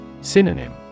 Synonym